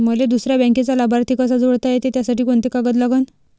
मले दुसऱ्या बँकेचा लाभार्थी कसा जोडता येते, त्यासाठी कोंते कागद लागन?